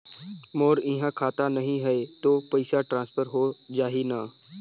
मोर इहां खाता नहीं है तो पइसा ट्रांसफर हो जाही न?